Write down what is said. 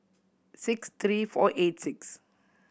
sixty three four eight six